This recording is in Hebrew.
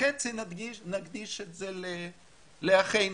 ונקדיש חצי לאחינו.